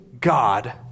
God